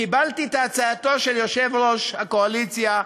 קיבלתי את הצעתו של יושב-ראש הקואליציה,